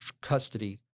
custody